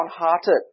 downhearted